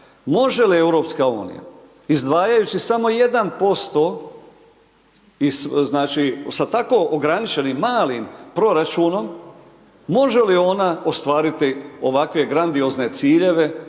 unija izdvajajući samo 1% iz, znači, sa tako ograničenim malim proračunom, može li ona ostvariti ovakve grandiozne ciljeve,